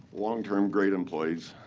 long-term, great employees,